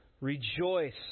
rejoice